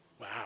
Wow